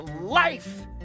life